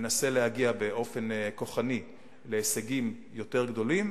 מנסה להגיע באופן כוחני להישגים יותר גדולים.